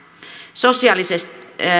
sosiaalisesti